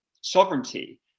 sovereignty